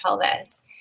pelvis